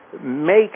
make